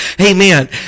Amen